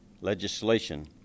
legislation